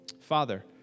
Father